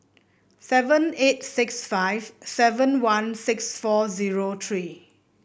seven eight six five seven one six four zero three